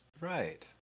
Right